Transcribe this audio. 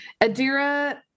Adira